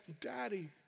Daddy